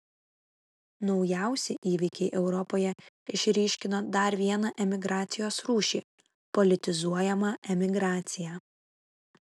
naujausi įvykiai europoje išryškino dar vieną emigracijos rūšį politizuojamą emigraciją